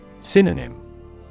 Synonym